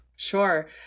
Sure